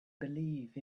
believe